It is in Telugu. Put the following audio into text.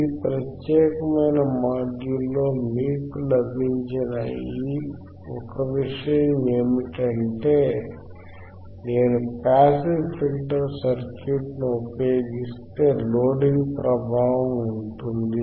ఈ ప్రత్యేకమైన మాడ్యూల్లో మీకు లభించిన ఒక విషయం ఏమిటంటే నేను పాసివ్ ఫిల్టర్ సర్క్యూట్ను ఉపయోగిస్తే లోడింగ్ ప్రభావం ఉంటుంది